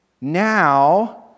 Now